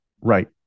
right